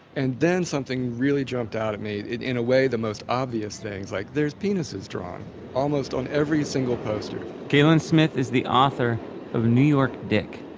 and then something really jumped out at me in a way, the most obvious things, like there are penises drawn almost on every single poster galen smith is the author of new york dick,